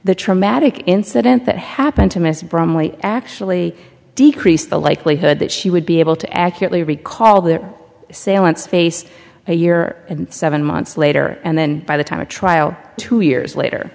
the traumatic incident that happened to mr brumley actually decrease the likelihood that she would be able to accurately recall the seance face a year and seven months later and then by the time of trial two years later